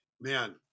man